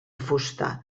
fusta